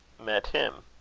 met him.